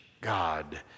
God